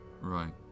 Right